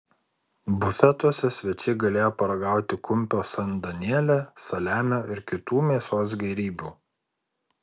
bufetuose svečiai galėjo paragauti kumpio san daniele saliamio ir kitų mėsos gėrybių